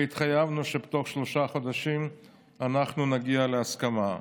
והתחייבנו שבתוך שלושה חודשים אנחנו נגיע להסכמה.